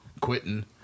quitting